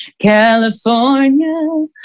California